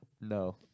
No